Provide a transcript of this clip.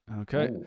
Okay